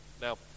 Now